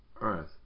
earth